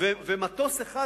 ומטוס אחד,